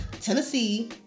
Tennessee